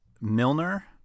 Milner